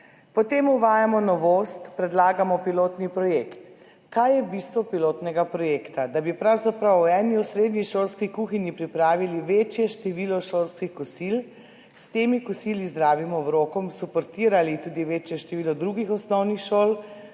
»Po tem uvajamo novost, predlagamo pilotni projekt. Kaj je bistvo pilotnega projekta? Da bi pravzaprav v eni osrednji šolski kuhinji pripravili večje število šolskih kosil, s temi kosili, zdravimi obroki suportirali tudi večje število drugih osnovnih šol